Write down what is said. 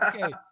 okay